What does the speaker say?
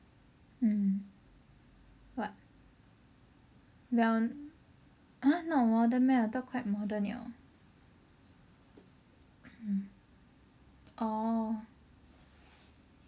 hmm what well !huh! not modern meh I thought quite modern liao mm orh